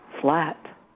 flat